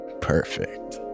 Perfect